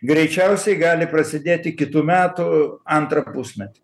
greičiausiai gali prasidėti kitų metų antrą pusmetį